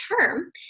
term